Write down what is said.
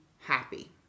happy